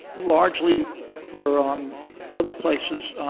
largely for um other places,